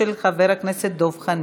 עברה בקריאה ראשונה,